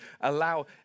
allow